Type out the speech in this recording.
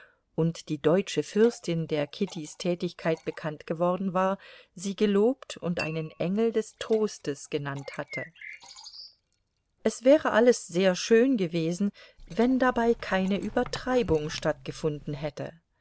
und die deutsche fürstin der kittys tätigkeit bekannt geworden war sie gelobt und einen engel des trostes genannt hatte es wäre alles sehr schön gewesen wenn dabei keine übertreibung stattgefunden hätte